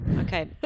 Okay